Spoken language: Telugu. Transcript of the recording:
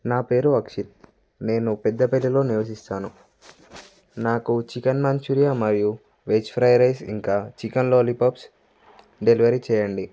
నా పేరు అక్షిత్ నేను పెద్దపల్లిలో నివసిస్తాను నాకు చికెన్ మంచూరియా మరియు వెజ్ ఫ్రైడ్ రైస్ ఇంకా చికెన్ లాలీపప్స్ డెలివరీ చేయండి